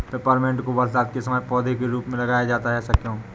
Peppermint को बरसात के समय पौधे के रूप में लगाया जाता है ऐसा क्यो?